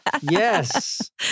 Yes